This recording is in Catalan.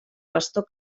pastor